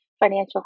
financial